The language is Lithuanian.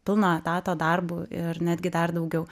pilna etato darbu ir netgi dar daugiau